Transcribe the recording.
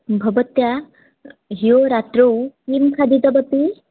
भवती ह्यः रात्रौ किं खादितवती